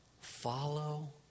follow